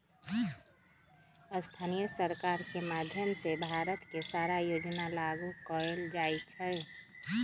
स्थानीय सरकार के माधयम से भारत के सारा योजना लागू कएल जाई छई